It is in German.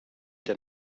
der